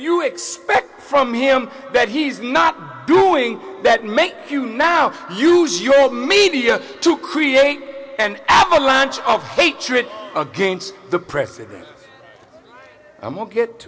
you expect from him that he's not doing that make you now use your media to create an avalanche of hatred against the president i won't get